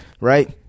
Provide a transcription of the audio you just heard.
right